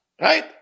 Right